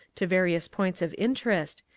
to various points of interest,